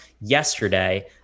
yesterday